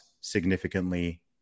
significantly